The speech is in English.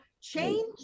change